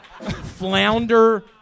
Flounder